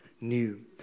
new